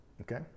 Okay